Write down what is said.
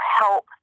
help